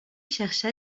chercha